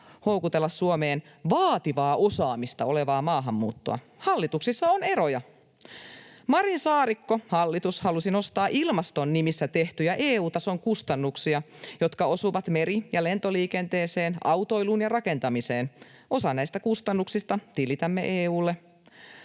houkutella Suomeen vaativaa osaamista olevaa maahanmuuttoa. Hallituksissa on eroja. Marin—Saarikko-hallitus halusi nostaa ilmaston nimissä tehtyjä EU-tason kustannuksia, jotka osuvat meri‑ ja lentoliikenteeseen, autoiluun ja rakentamiseen — osan näistä kustannuksista tilitämme EU:lle.